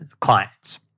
clients